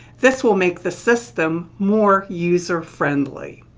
this will make the system more user-friendly.